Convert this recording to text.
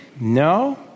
No